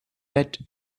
that